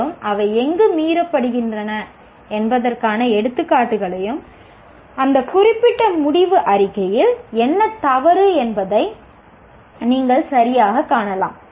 மேலும் அவை எங்கு மீறப்படுகின்றன என்பதற்கான எடுத்துக்காட்டுகளையும் அந்த குறிப்பிட்ட முடிவு அறிக்கையில் என்ன தவறு என்பதை நீங்கள் சரியாகக் காணலாம்